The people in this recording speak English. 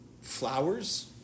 flowers